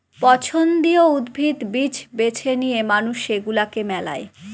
পছন্দীয় উদ্ভিদ, বীজ বেছে নিয়ে মানুষ সেগুলাকে মেলায়